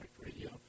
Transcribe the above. radio